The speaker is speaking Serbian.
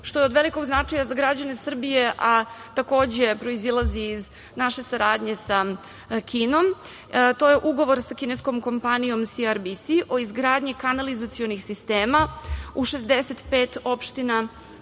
što je od velikog značaja za građane Srbije, a takođe proizilazi iz naše saradnje sa Kinom. To je ugovor sa kineskom kompanijom SRBS o izgradnji kanalizacionih sistema u 65 opština